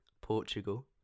Portugal